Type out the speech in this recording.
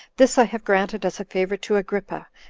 this i have granted as a favor to agrippa,